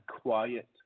quiet